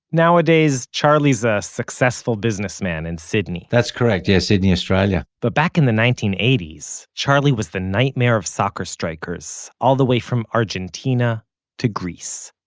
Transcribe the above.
nowadays charlie's a successful businessman in and sydney that's correct. yeah, sydney, australia but back in the nineteen eighty s, charlie was the nightmare of soccer strikers all the way from argentina to greece.